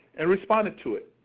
and responded to it.